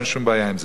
אין שום בעיה עם זה,